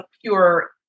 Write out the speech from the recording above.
pure